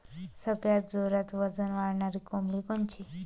सगळ्यात जोरात वजन वाढणारी कोंबडी कोनची?